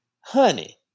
Honey